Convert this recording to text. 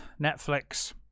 Netflix